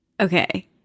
Okay